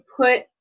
put